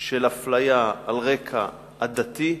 של אפליה על רקע עדתי,